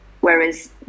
whereas